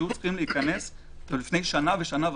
היו צריכים להיכנס לפני שנה ושנה וחצי,